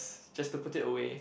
just to put it away